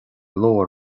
leor